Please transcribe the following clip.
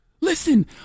Listen